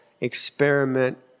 experiment